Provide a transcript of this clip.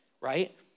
right